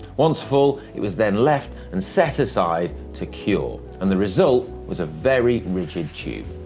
once full, it was then left and set aside to cure, and the result was a very rigid tube.